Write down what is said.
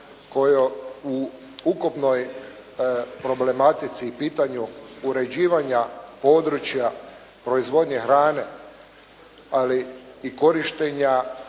koja u ukupnoj problematici i pitanju uređivanja područja proizvodnje hrane, ali i korištenja